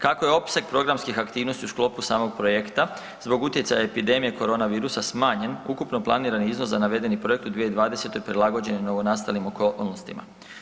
Kako je opseg programskih aktivnosti u sklopu samog projekta, zbog utjecaja epidemije koronavirusa smanjen ukupno planirani iznos za navedeni projekt u 2020. prilagođen je novonastalim okolnostima.